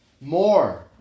more